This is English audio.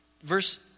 Verse